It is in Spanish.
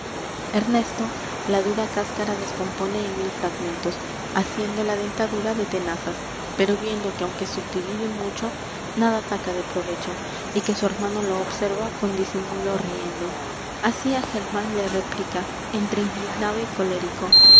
ernesto la dura cáscara descompone en m i l fragmentos haciendo la dentatura de tenazas pero viendo que aunque subdivide mucho nada saca de provecho y que sumermano observa con disimulo riendo así á germán le replica entré indignado y colérico